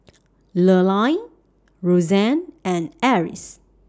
Lurline Rozanne and Eris